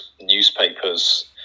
newspapers